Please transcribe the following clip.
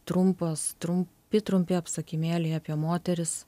trumpos trumpi trumpi apsakymėliai apie moteris